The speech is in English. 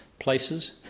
places